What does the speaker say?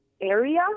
area